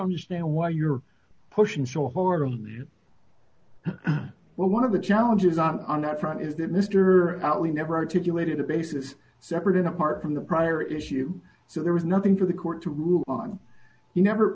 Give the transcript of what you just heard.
understand why you're pushing show a hoarder well one of the challenges on that front is that mr out we never articulated a basis separate and apart from the prior issue so there was nothing for the court to rule on he never